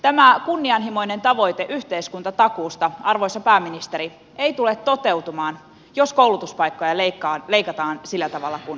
tämä kunnianhimoinen tavoite yhteiskuntatakuusta arvoisa pääministeri ei tule toteutumaan jos koulutuspaikkoja leikataan sillä tavalla kuin nyt suunnittelette